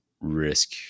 risk